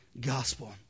gospel